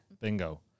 Bingo